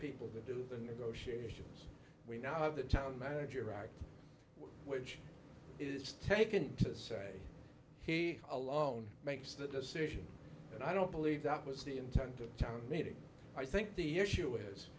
people to do the negotiations we now have the town manager right which is taken to say he alone makes the decision and i don't believe that was the intent of town meeting i think the issue